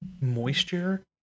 moisture